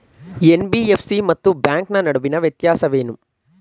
NBFC ಮತ್ತು bank ನಡುವಿನ ವ್ಯತ್ಯಾಸವೇನು?